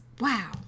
Wow